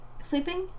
sleeping